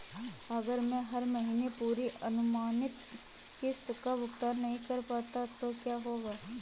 अगर मैं हर महीने पूरी अनुमानित किश्त का भुगतान नहीं कर पाता तो क्या होगा?